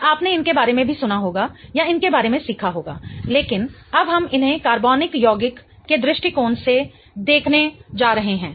और आपने इनके बारे में भी सुना होगा या इनके बारे में सीखा होगा लेकिन अब हम इन्हें कार्बनिक यौगिक के दृष्टिकोण से देखने जा रहे हैं